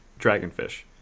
Dragonfish